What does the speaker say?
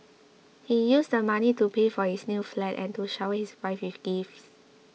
he used the money to pay for his new flat and to shower his wife with gifts